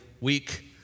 week